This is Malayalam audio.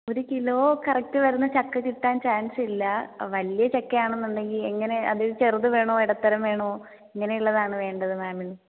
ഒരു കിലോ കറക്റ്റ് വരുന്ന ചക്ക കിട്ടാൻ ചാൻസ് ഇല്ല വലിയ ചക്ക ആണെന്ന് ഉണ്ടെങ്കിൽ എങ്ങനെ അത് ചെറുത് വേണോ ഇടത്തരം വേണോ എങ്ങനെയുള്ളതാണ് വേണ്ടത് മാമിന്